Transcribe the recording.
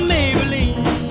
Maybelline